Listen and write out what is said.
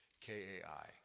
K-A-I